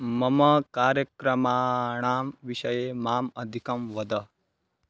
मम कार्यक्रमाणां विषये माम् अधिकं वद